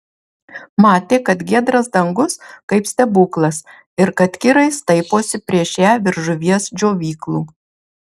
matė kad giedras dangus kaip stebuklas ir kad kirai staiposi prieš ją virš žuvies džiovyklų